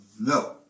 no